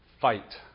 fight